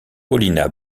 paulina